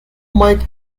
might